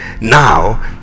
now